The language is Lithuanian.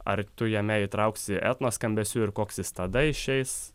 ar tu jame įtrauksi etno skambesių ir koks jis tada išeis